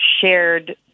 shared